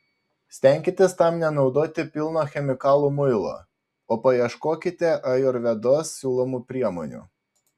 stenkitės tam nenaudoti pilno chemikalų muilo o paieškokite ajurvedos siūlomų priemonių